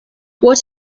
what